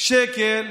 שקל.